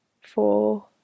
four